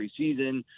preseason